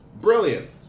Brilliant